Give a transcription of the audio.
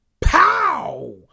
Pow